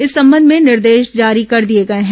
इस संबंध में निर्देश जारी कर दिए गए हैं